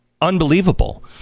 unbelievable